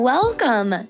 Welcome